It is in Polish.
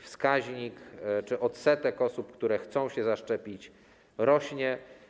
Wskaźnik czy odsetek osób, które chcą się zaszczepić, rośnie.